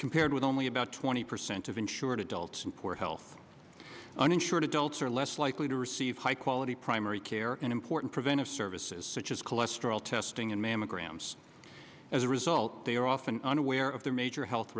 compared with only about twenty percent of insured adults and poor health uninsured adults are less likely to receive high quality primary care and important preventive services such as cholesterol testing and mammograms as a result they are often unaware of their major health